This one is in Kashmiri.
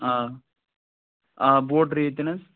آ آ بولڑَرٕے یٲتٮ۪ن حظ